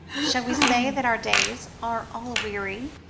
shall we say that our days are all weary?